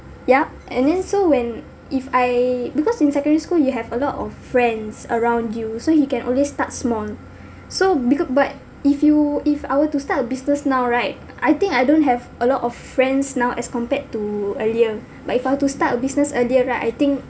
yeah and then so when if I because in secondary school you have a lot of friends around you so you can always start small so becau~ but if you if I were to start a business now right I think I don't have a lot of friends now as compared to earlier but if I were to start a business earlier right I think